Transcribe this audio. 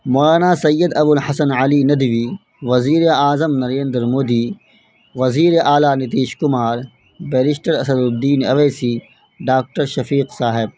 مولانا سید ابوالحسن علی ندوی وزیر اعظم نریندر مودی وزیر اعلیٰ Nitish Kumar barrister Asaduddin Owaisi doctor Shafiq صاحب